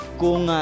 kung